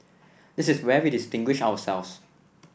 this is where we distinguish ourselves